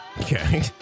Okay